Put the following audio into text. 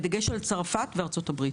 בדגש על צרפת וארצות הברית.